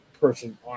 person